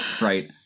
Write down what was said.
right